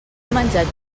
menjat